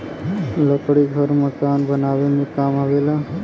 लकड़ी घर मकान बनावे में काम आवेला